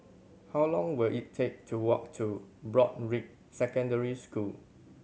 how long will it take to walk to Broadrick Secondary School